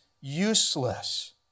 useless